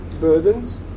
Burdens